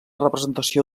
representació